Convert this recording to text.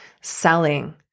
selling